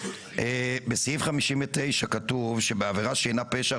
בסעיף 59 כתוב שבעבירה שהינה פשע,